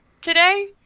today